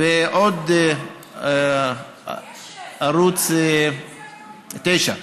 ועוד ערוץ 9,